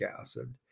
acid